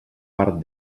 part